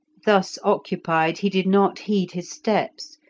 thus occupied he did not heed his steps,